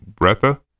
Bretha